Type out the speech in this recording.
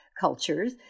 cultures